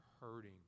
hurting